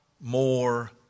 more